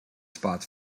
spots